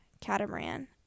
Catamaran